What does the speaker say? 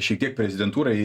šiek tiek prezidentūrai